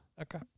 Okay